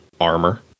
armor